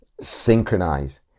synchronize